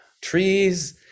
trees